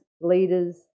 leaders